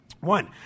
One